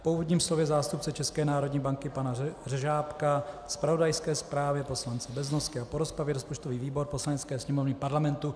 Po úvodním slově zástupce České národní banky pana Řežábka, zpravodajské zprávě poslance Beznosky a po rozpravě rozpočtový výbor Poslanecké sněmovny Parlamentu